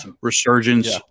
resurgence